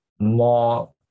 more